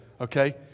Okay